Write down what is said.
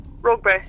Rugby